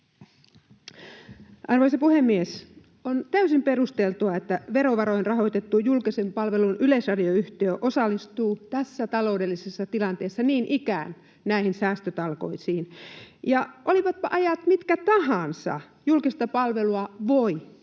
Arvoisa puhemies! On täysin perusteltua, että verovaroin rahoitettu julkisen palvelun yleisradioyhtiö osallistuu tässä taloudellisessa tilanteessa niin ikään näihin säästötalkoisiin. Ja olivatpa ajat mitkä tahansa, julkista palvelua voi ja